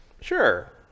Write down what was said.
sure